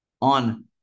on